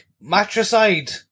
Matricide